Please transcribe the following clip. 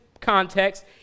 context